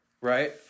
right